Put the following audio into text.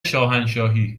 شاهنشاهی